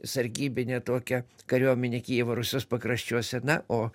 sargybinė tokia kariuomenė kijevo rusios pakraščiuose na o